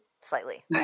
slightly